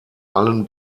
allen